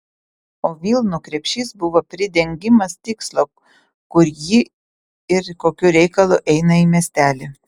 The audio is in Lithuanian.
o vilnų krepšys buvo pridengimas tikslo kur ji ir kokiu reikalu eina į miestelį